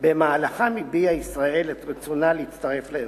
ובמהלכם הביעה ישראל את רצונה להצטרף לארגון.